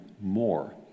more